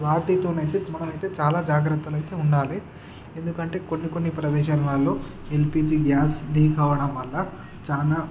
వాటితోనైతే మనమైతే చాలా జాగ్రత్తలు అయితే ఉండాలి ఎందుకంటే కొన్ని కొన్ని ప్రదేశాలలో ఎల్పీజీ గ్యాస్ లీక్ అవ్వడం వల్ల చాలా